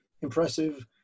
impressive